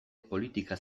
politika